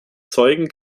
zeugen